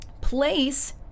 place